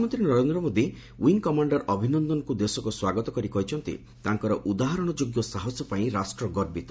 ପ୍ରଧାନମନ୍ତ୍ରୀ Narendra Modi wing commander ଅଭିନନ୍ଦନଙ୍କୁ ଦେଶକୁ ସ୍ୱାଗତ କରି କହିଛନ୍ତି ତାଙ୍କର ଉଦାହରଣଯୋଗ୍ୟ ସାହସପାଇଁ ରାଷ୍ଟ୍ର ଗର୍ବିତ